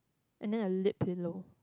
and then a lip pillow